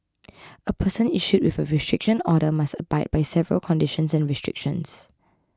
a person issued with a restriction order must abide by several conditions and restrictions